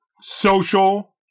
social-